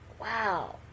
wow